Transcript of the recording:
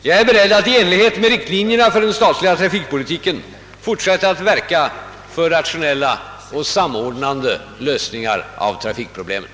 Jag är beredd att i enlighet med riktlinjerna för den statliga trafikpolitiken fortsätta att verka för rationella och samordnande lösningar av trafikproblemen.